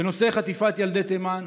בנושא חטיפת ילדי תימן.